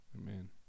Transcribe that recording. Amen